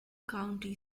county